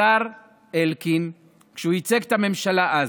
השר אלקין, כשהוא ייצג את הממשלה אז.